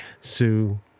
sue